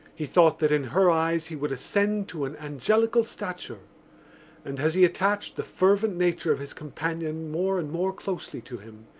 he thought that in her eyes he would ascend to an angelical stature and, as he attached the fervent nature of his companion more and more closely to him,